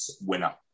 winner